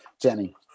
Jenny